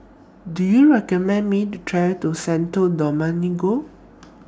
Do YOU recommend Me to travel to Santo Domingo